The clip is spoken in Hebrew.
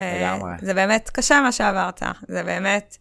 לגמרי... זה באמת קשה מה שעברת, זה באמת...